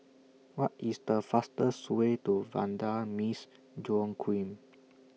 What IS The fastest Way to Vanda Miss Joaquim